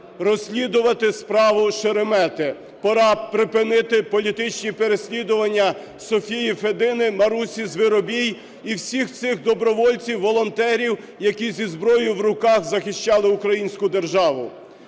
розслідувати справу Шеремета, пора припинити політичні переслідування Софії Федини, Марусі Звіробій і всіх цих добровольців, волонтерів, які зі зброєю в руках захищали українську державу.